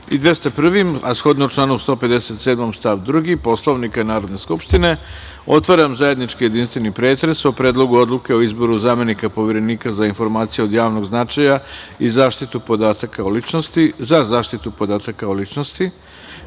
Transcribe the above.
i 201, a shodno članu 157. stav 2. Poslovnika Narodne skupštine, otvaram zajednički jedinstveni pretres o Predlogu odluke o izboru zamenika Poverenika za informacije od javnog značaj za zaštitu podataka o ličnosti